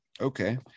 Okay